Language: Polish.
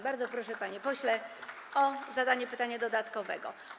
Bardzo proszę, panie pośle, o zadanie pytania dodatkowego.